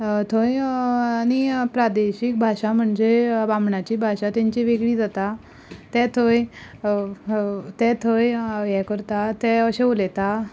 थंय आनी प्रादेशीक भाशा म्हणजे बामणांची भाशा तेंची वेगळी जाता ते थंय ते थंय हें करता ते अशे उलयता